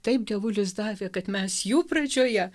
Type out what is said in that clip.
taip dievulis davė kad mes jų pradžioje